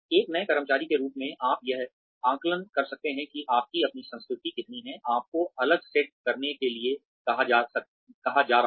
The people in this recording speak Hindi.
एक नए कर्मचारी के रूप में आप यह आकलन कर सकते हैं कि आपकी अपनी संस्कृति कितनी है आपको अलग सेट करने के लिए कहा जा रहा है